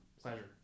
pleasure